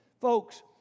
Folks